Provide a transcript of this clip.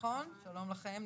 שלום לכם,